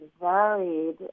varied